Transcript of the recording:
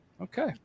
Okay